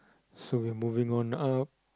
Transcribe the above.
so ya moving on uh